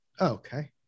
Okay